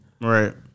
right